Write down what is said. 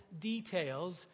details